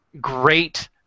great